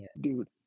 dude